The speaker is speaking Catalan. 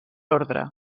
ordre